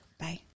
Bye